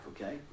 Okay